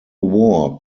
war